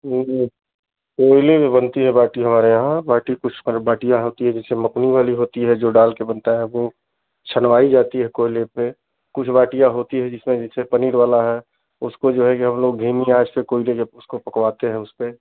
कोयले पर बनती है बाटी हमारे यहाँ बाटी कुछ बाटियाँ होती हैं जैसे मोकनी वाली होती है जो डालकर बनता है वह छनवाई जाती है कोयले पर कुछ बाटियाँ होती हैं जिसमें जैसे पनीर वाला है उसको जो है कि हम लोग धीमी आँच पर कोयले के उसको पकवाते हैं उस पर